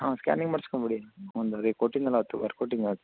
ಹಾಂ ಸ್ಕ್ಯಾನಿಂಗ್ ಮಾಡಿಸ್ಕೊಂಬಿಡಿ ಒಂದು ಅದೇ ಕೊಟ್ಟಿದ್ದೆನಲ್ಲ ಅದು ಬರ್ಕೊಟ್ಟಿದ್ದೆನಲ್ಲ ಅದು